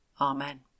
Amen